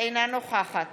אינה נוכחת